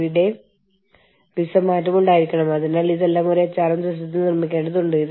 multi national കമ്പനികൾ multi national ആവാൻ കാരണം അവർ ശ്രമിക്കുന്നത് ഏറ്റവും കുറഞ്ഞ പരിശ്രമത്തിൽ പരമാവധി പ്രയോജനം നേടാനാണ്